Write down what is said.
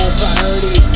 priority